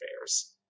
affairs